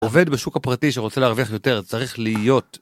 עובד בשוק הפרטי שרוצה להרוויח יותר צריך להיות.